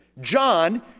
John